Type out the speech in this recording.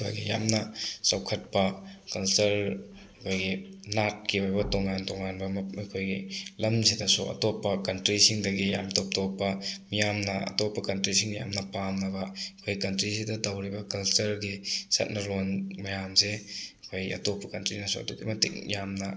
ꯑꯩꯈꯣꯏꯒꯤ ꯌꯥꯝꯅ ꯆꯥꯎꯈꯠꯄ ꯀꯜꯆꯔ ꯑꯩꯈꯣꯏꯒꯤ ꯅꯥꯠꯀꯤ ꯑꯣꯏꯕ ꯇꯣꯉꯥꯟ ꯇꯣꯉꯥꯟꯕ ꯃꯈꯣꯏꯒꯤ ꯂꯝꯁꯤꯗꯁꯨ ꯑꯇꯣꯞꯄ ꯀꯟꯇ꯭ꯔꯤꯁꯤꯡꯗꯒꯤ ꯌꯥꯝ ꯇꯣꯞ ꯇꯣꯞꯄ ꯃꯤꯌꯥꯝꯅ ꯑꯇꯣꯞꯄ ꯀꯟꯇ꯭ꯔꯤꯁꯤꯡꯅ ꯌꯥꯝꯅ ꯄꯥꯝꯅꯕ ꯑꯩꯈꯣꯏ ꯀꯟꯇ꯭ꯔꯤꯁꯤꯗ ꯇꯧꯔꯤꯕ ꯀꯜꯆꯔꯒꯤ ꯆꯠꯅꯔꯣꯟ ꯃꯌꯥꯝꯁꯦ ꯑꯩꯈꯣꯏ ꯑꯇꯣꯞꯄ ꯀꯟꯇ꯭ꯔꯤꯅꯁꯨ ꯑꯗꯨꯛꯀꯤ ꯃꯇꯤꯛ ꯌꯥꯝꯅ